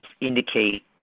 indicate